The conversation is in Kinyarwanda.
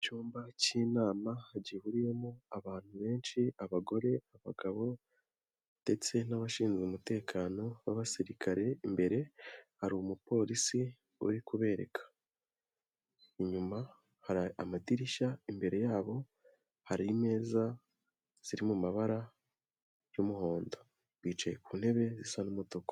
Icyumba cy'inama gihuriyemo abantu benshi abagore, abagabo ndetse n'abashinzwe umutekano b'abasirikare imbere hari umupolisi uri kubereka. Inyuma hari amadirishya imbere yabo, hari imeza ziri mu mabara y'umuhondo, bicaye ku ntebe zisa n'umutuku.